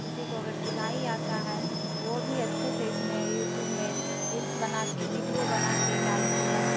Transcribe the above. کسی کو اگر سلائی آتا ہے تو وہ بھی اچھے سے اس میں یوٹیوب میں ریلز بنا کے ویڈیو بنا کے ڈالتی ہے